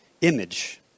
image